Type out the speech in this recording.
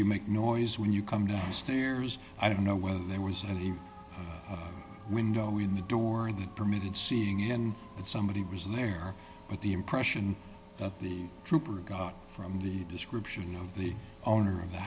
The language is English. you make noise when you come downstairs i don't know whether there was and he window in the door or the permitted seeing in it somebody was in there with the impression that the trooper got from the description of the owner of the